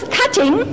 cutting